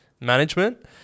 management